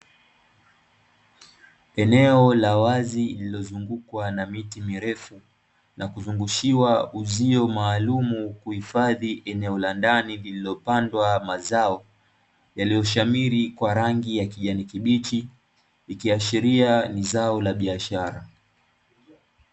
Eneo la wazi lililozungukwa na miti mirefu, na kuzungushiwa uzio maalumu kuhifadhi eneo la ndani lililopandwa mazao, yaliyoshamiri kwa rangi ya kijani kibichi, ikiashiria ni zao la biashara.